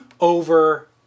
over